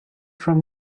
from